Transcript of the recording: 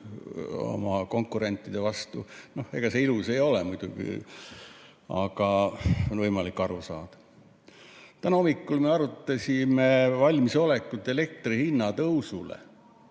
oma konkurentide vastu. Ega see ilus ei ole, aga on võimalik aru saada. Täna hommikul me arutasime valmisolekut elektri hinna